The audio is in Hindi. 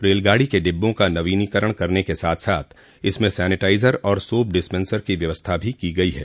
रेलगाड़ी के डिब्बों का नवीनीकरण करने के साथ साथ इसमें सेनिटाइजर और सोप डिस्पेंसर की व्यवस्था भी की गई है